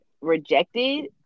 rejected